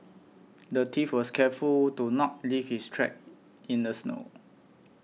the thief was careful to not leave his tracks it in the snow